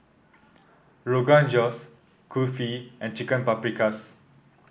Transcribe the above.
Rogan Josh Kulfi and Chicken Paprikas